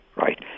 Right